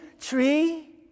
tree